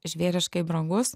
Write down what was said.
žvėriškai brangus